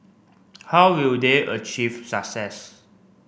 how will they achieve success